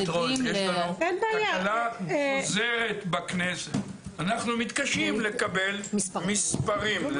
תקלה חוזרת בכנסת - אנחנו מתקשים לקבל מספרים כאן בכנסת.